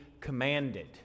commanded